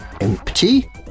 empty